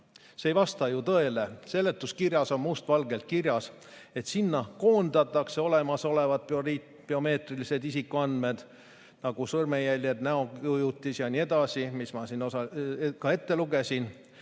See ei vasta ju tõele. Seletuskirjas on must valgel kirjas, et sinna koondatakse olemasolevad biomeetrilised isikuandmed, nagu sõrmejäljed, näokujutis jne, mis ma ka ette lugesin,